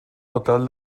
hotel